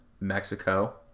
Mexico